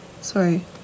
sorry